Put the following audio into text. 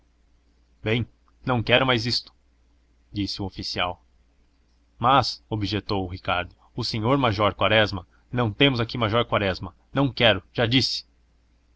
bem não quero mais isto disse o oficial mas objetou ricardo o senhor major quaresma não temos aqui major quaresma não quero já disse